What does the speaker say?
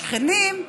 השכנים,